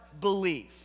belief